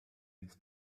his